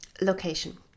Location